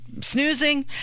snoozing